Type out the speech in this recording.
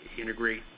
integrate